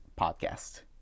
Podcast